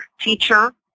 teacher